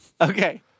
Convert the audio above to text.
Okay